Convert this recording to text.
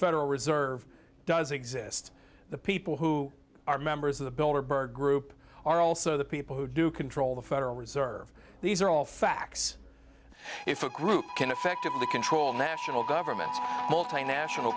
federal reserve does exist the people who are members of the bill are bird group are also the people who do control the federal reserve these are all facts if a group can effectively control national governments multinational